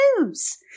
news